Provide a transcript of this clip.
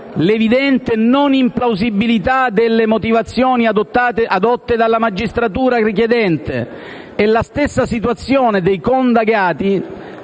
l'evidente non implausibilità delle motivazioni addotte dalla magistratura richiedente e la stessa situazione dei coindagati